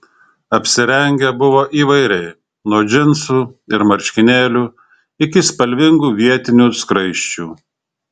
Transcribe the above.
apsirengę buvo įvairiai nuo džinsų ir marškinėlių iki spalvingų vietinių skraisčių